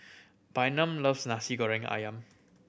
Bynum loves Nasi Goreng Ayam